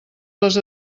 les